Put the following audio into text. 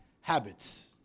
Habits